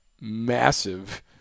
massive